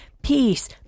Peace